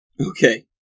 Okay